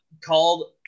called –